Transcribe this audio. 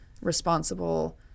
responsible